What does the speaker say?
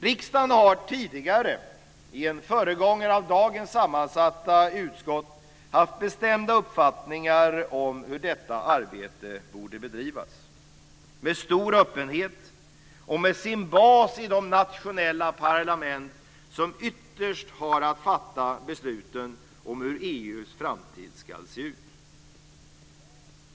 Riksdagen har tidigare i en föregångare till dagens sammansatta utskott haft bestämda uppfattningar om hur detta arbete borde bedrivas, nämligen med stor öppenhet och med sin bas inom nationella parlament som ytterst har att fatta besluten om hur EU:s framtid ska se ut.